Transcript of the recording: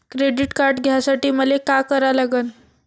Credit card घ्यासाठी मले का करा लागन?